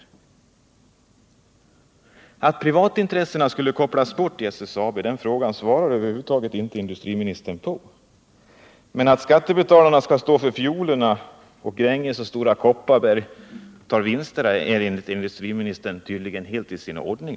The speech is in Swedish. På frågan om de privata intressena borde kopplas bort ur SSAB svarar industriministern över huvud taget inte. Men att skattebetalarna skall stå för fiolerna medan Gränges och Stora Kopparberg tar vinsterna är tydligen enligt industriministern helt i sin ordning.